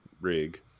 rig